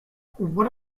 what